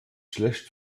schlecht